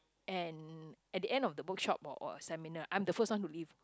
and at the end of the workshop or or seminar I'm the first one to leave